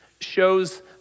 shows